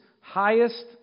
highest